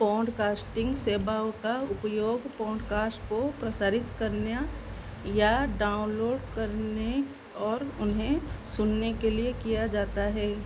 podcasting सेवाओं का उपयोग पॉडकास्ट को प्रसारित करने या या डाउनलोड करने और उन्हें सुनने के लिए किया जाता है